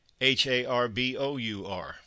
H-A-R-B-O-U-R